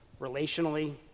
relationally